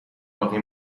باقی